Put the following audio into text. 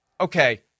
okay